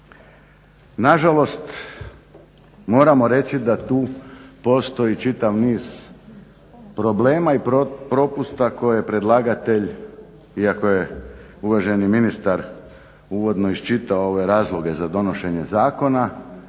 Nažalost, moramo reći da tu postoji čitav niz problema i propusta koje je predlagatelj iako je uvaženi ministar uvodno iščitao ove razloge za donošenje zakona,